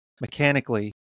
mechanically